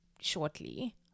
shortly